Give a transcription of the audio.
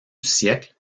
siècle